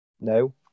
No